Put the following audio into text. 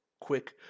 quick